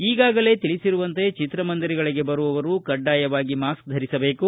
ಈಗಾಗಲೇ ತಿಳಿಸಿರುವಂತೆ ಚಿಕ್ರಮಂದಿರಗಳಿಗೆ ಬರುವವರು ಕಡ್ಡಾಯವಾಗಿ ಮಾಸ್ ಧರಿಸಿರಬೇಕು